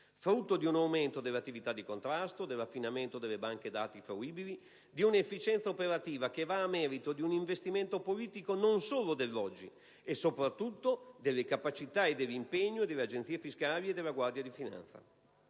frutto di un aumento dell'attività di contrasto, dell'affinamento delle banche dati fruibili, di un'efficienza operativa che va a merito di un investimento politico non solo dell'oggi, e soprattutto delle capacità e impegno delle Agenzie fiscali e della Guardia di Finanza.